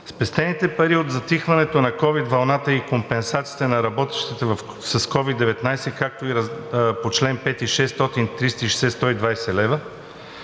Спестените пари от затихването на ковид вълната и компенсациите на работещите с COVID-19, както и по чл. 5 – 600 360